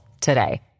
today